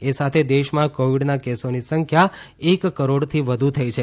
એ સાથે દેશમાં કોવિડના કેસોની સંખ્યા એક કરોડથી વધુ થઈ છે